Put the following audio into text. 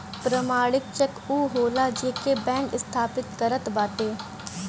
प्रमाणित चेक उ होला जेके बैंक सत्यापित करत बाटे